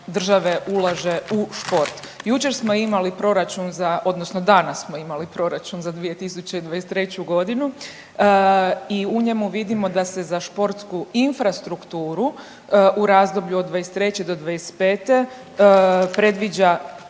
države ulaže u šport. Jučer smo imali proračun za, odnosno danas smo imali proračun za 2023. godinu i u njemu vidimo da se za športsku infrastrukturu u razdoblju od 2023. do 2025. predviđa